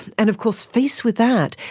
and of course faced with that,